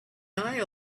eye